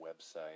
website